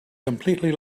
completely